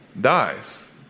dies